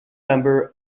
member